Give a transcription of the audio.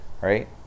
right